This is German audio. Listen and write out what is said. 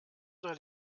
oder